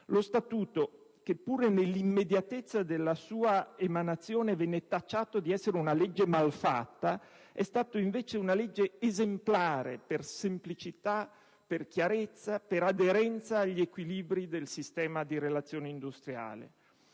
Lo Statuto - che pure nell'immediatezza della sua emanazione venne tacciato di essere una legge malfatta - è stato invece esemplare per semplicità, chiarezza ed aderenza agli equilibri del sistema di relazioni industriali.